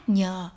nhờ